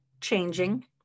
changing